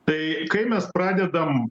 tai kai mes pradedam